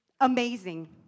amazing